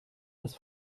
das